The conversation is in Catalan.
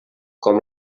com